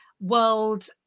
world